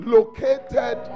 Located